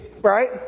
Right